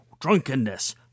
drunkenness